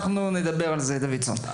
אנחנו נדבר על זה, דוידסון.